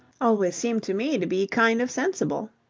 always seemed to me to be kind of sensible.